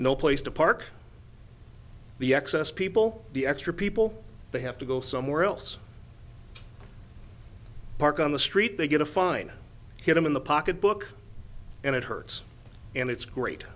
no place to park the excess people the extra people they have to go somewhere else park on the street they get a fine him in the pocketbook and it hurts and it's great